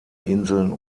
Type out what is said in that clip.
inseln